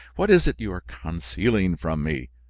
what is it you are concealing from me?